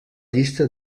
llista